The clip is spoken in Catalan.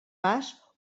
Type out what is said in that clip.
pas